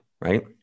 right